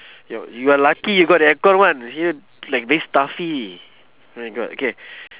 your you are lucky you got the aircon one here like very stuffy my god can